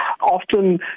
Often